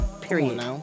Period